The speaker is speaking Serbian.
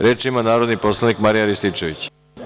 Reč ima narodni poslanik Marijan Rističević.